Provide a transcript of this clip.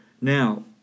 Now